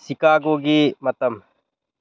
ꯆꯤꯀꯥꯒꯣꯒꯤ ꯃꯇꯝ